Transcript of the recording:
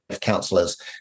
councillors